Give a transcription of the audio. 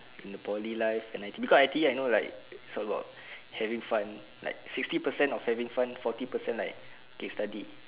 in the poly life and I_T_E because I_T_E I know like also got having fun like sixty percent of having fun forty percent like okay study